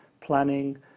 planning